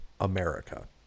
America